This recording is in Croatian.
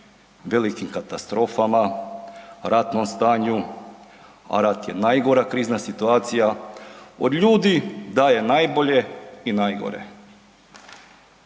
velikim katastrofama, ratnom stanju, a rat je najgora krizna situacija, od ljudi daje najbolje i najgore.